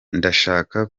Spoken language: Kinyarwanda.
ndashaka